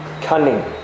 cunning